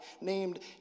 named